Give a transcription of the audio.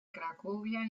cracovia